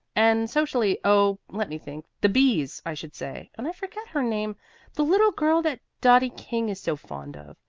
and socially oh, let me think the b's, i should say, and i forget her name the little girl that dottie king is so fond of.